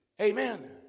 Amen